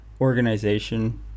organization